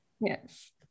Yes